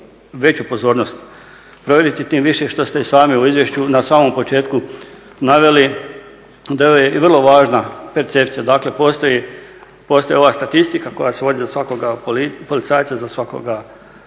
veću pozornost povjeriti, time više što ste i sami u izvješću na samom početku naveli da je i vrlo važna percepcija. Dakle postoji ova statistika koja se vodi za svakoga policajca, za svaku policijsku